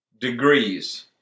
degrees